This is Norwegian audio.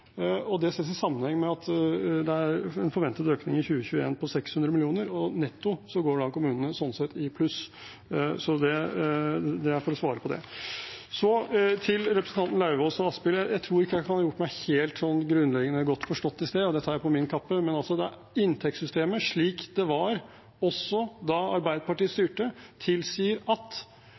og det ses i sammenheng med at det er en forventet økning i 2021 på 600 mill. kr. Netto går da kommunene sånn sett i pluss. Det er for å svare på det. Så til representantene Lauvås og Asphjell: Jeg tror ikke jeg kan ha gjort meg helt grunnleggende godt forstått i sted, og det tar jeg på min kappe, men inntektssystemet slik det var også da Arbeiderpartiet styrte, tilsier at alle kommuner skal dekke regningen hvis én kommune setter ned inntektsskatten eller formuesskatten. Det synes ikke regjeringen at